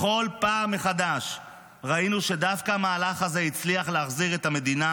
בכל פעם מחדש ראינו שדווקא המהלך הזה הצליח להחזיר את המדינה